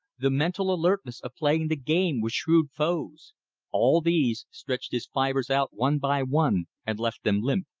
the mental alertness of playing the game with shrewd foes all these stretched his fibers out one by one and left them limp.